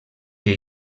que